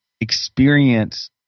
experience